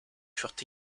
furent